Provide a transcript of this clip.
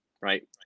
right